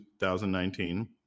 2019